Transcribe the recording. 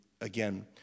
again